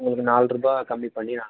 உங்களுக்கு நாலு ரூபாய் கம்மி பண்ணி